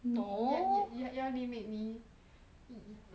no 压压压力 make me